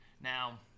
Now